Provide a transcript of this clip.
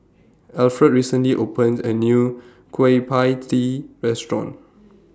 Alfred recently opened A New Kueh PIE Tee Restaurant